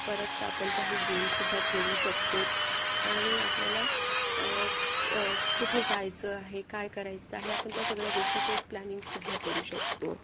परत आपण काही गेमसुद्धा खेळू शकतोत आणि आपल्याला कुठे जायचं आहे काय करायचं आहे आपण त्या सगळ्या गोष्टीचं एक प्लॅनिंगसुद्धा करू शकतो